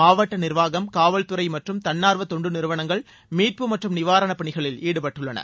மாவட்ட நிர்வாகம் காவல்துறை மற்றும் தன்னார்வ தொண்டு நிறுவனங்கள் மீட்பு மற்றும் நிவாரணப் பணிகளில் ஈடுபட்டுள்ளன